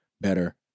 better